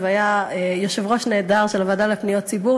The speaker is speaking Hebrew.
היה יושב-ראש נהדר של הוועדה לפניות הציבור,